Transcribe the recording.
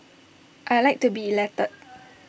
I Like to be elected